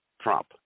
Trump